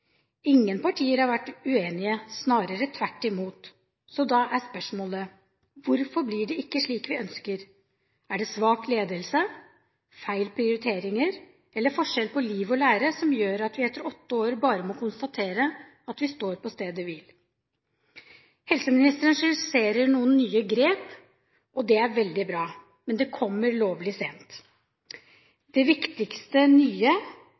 Ingen partier har vært uenige, snarere tvert imot. Så da er spørsmålet: Hvorfor blir det ikke slik vi ønsker? Er det svak ledelse, feil prioriteringer eller forskjell på liv og lære som gjør at vi etter åtte år bare må konstatere at vi står på stedet hvil? Helseministeren skisserer noen nye grep, og det er veldig bra, men det kommer lovlig sent. Det viktigste nye